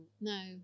No